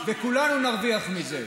וכולנו נרוויח מזה.